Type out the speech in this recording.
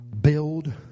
build